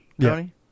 Tony